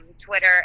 Twitter